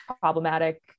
problematic